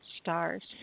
stars